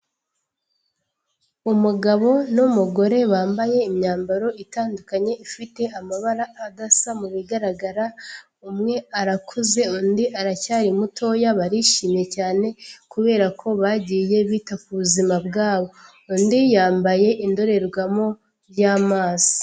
Umugabo n'umugore bambaye imyambaro itandukanye ifite amabara adasa, mu bigaragara umwe arakuze undi aracyari mutoya, barishimye cyane, kubera ko bagiye bita ku buzima bwabo, undi yambaye indorerwamo y'amazi.